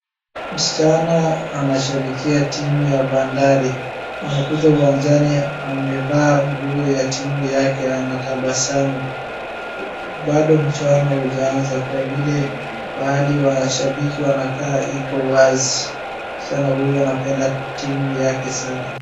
Msichana anashabikia timu ya Bandari. Amekuja uwanjani amevaa nguo ya timu yake anatabasamu. Bado mchuano ujaaanza kwa vile pahali washabiki wanakaa iko wazi. Msichana huyu anapenda timu yake sana.